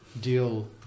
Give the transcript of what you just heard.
deal